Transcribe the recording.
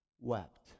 wept